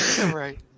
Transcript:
Right